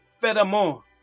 furthermore